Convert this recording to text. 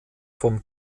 vom